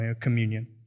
communion